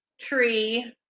tree